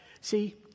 See